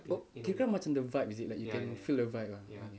oh kira macam the vibe is it like you can feel the vibe ah